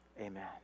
Amen